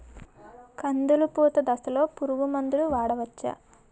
కందులు పూత దశలో పురుగు మందులు వాడవచ్చా?